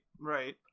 Right